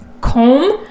comb